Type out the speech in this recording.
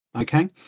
Okay